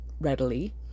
readily